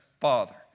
father